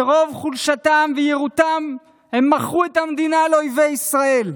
שמרוב חולשתם ויהירותם מכרו את המדינה לאויבי ישראל.